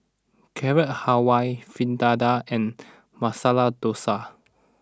Carrot Halwa Fritada and Masala Dosa